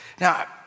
Now